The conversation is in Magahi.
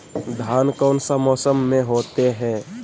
धान कौन सा मौसम में होते है?